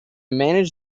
manage